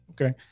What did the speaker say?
okay